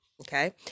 Okay